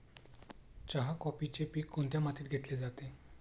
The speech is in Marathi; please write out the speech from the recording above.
चहा, कॉफीचे पीक कोणत्या मातीत घेतले जाते?